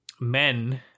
men